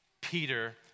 Peter